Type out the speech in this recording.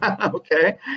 Okay